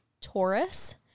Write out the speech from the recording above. Taurus